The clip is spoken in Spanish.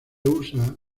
usa